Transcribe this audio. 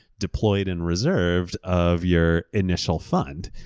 deployed and reserved of your initial funds.